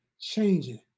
changing